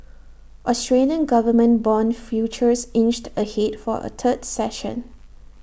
Australian government Bond futures inched ahead for A third session